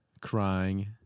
crying